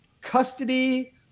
custody